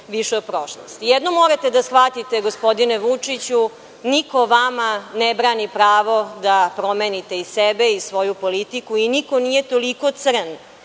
više o prošlosti. Jednom morate da shvatite, gospodine Vučiću niko vama ne brani pravo da promenite i sebe i svoju politiku i niko nije toliko crn